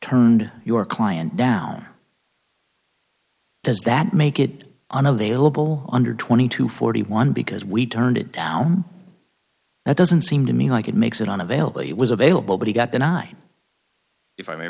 turned your client down does that make it unavailable under twenty to forty one because we turned it down that doesn't seem to me like it makes it on availably was available but he got the nine if i may